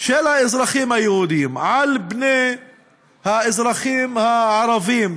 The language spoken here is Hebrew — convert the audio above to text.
של האזרחים היהודים על פני האזרחים הערבים,